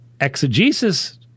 exegesis